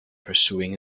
pursuing